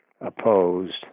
opposed